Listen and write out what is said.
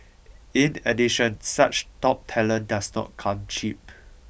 in addition such top talent does not come cheap